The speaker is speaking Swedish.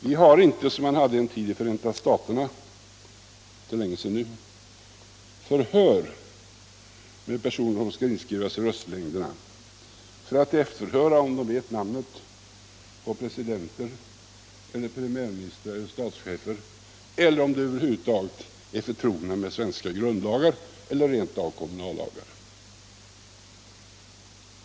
Vi har inte som man en tid hade i Förenta staterna — det är länge sedan nu — förhör med personer som skall inskrivas i röstlängderna för att efterhöra om de vet namnen på presidenter, premiärministrar och statschefer eller om de över huvud taget är förtrogna med grundlagarna och kanske rent av kommunallagarna.